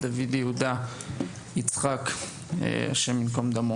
דוד יהודה יצחק הי"ד.